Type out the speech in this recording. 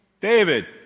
David